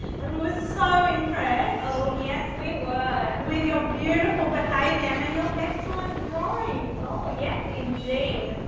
and we were so impressed. oh, yes we were. with your beautiful behaviour and your excellent drawings. oh, yes indeed.